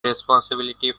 responsibility